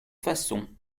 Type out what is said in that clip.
façons